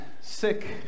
sick